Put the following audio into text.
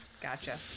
Gotcha